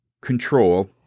control